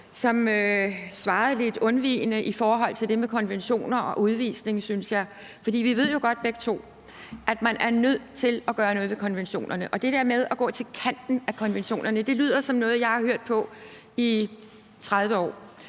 som svarede lidt undvigende i forhold til det med konventioner og udvisninger, synes jeg. For vi ved jo godt begge to, at man er nødt til at gøre noget ved konventionerne, og det der med at gå til kanten af konventionerne lyder som noget, jeg har hørt på i 30 år